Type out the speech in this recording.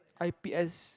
I_P_S